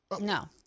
No